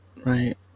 right